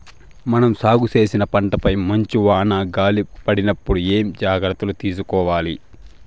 మనం సాగు చేసిన పంటపై మంచు, వాన, గాలి పడినప్పుడు ఏమేం జాగ్రత్తలు తీసుకోవల్ల?